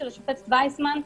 של השופט ויסמן,